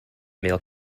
male